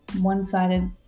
one-sided